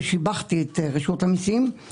ושיבחתי את רשות המיסים על כך.